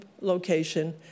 location